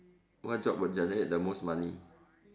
what job would generate the most money